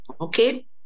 Okay